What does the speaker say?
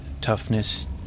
toughness